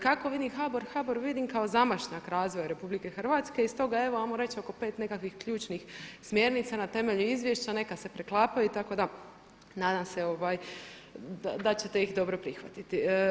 Kako vidim HBOR, HBOR vidim kao zamašnjak razvoja RH i stoga evo ajmo reći oko 5 nekakvih ključnih smjernica na temelju izvješća, neka se preklapaju tako da nadam se da ćete ih dobro prihvatiti.